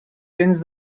tens